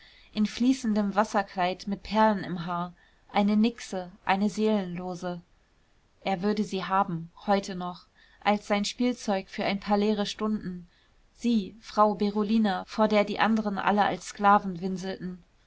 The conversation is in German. in fließendem wasserkleid mit perlen im haar eine nixe eine seelenlose er würde sie haben heute noch als sein spielzeug für ein paar leere stunden sie frau berolina vor der die anderen alle als sklaven winselten